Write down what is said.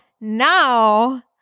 now